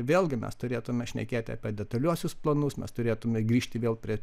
vėlgi mes turėtume šnekėti apie detaliuosius planus mes turėtume grįžti vėl prie